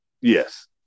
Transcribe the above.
Yes